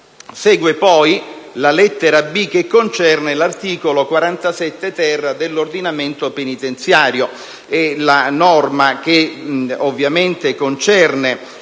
Segue poi la lettera *b*), che concerne l'articolo 47-*ter* dell'ordinamento penitenziario e la norma che concerne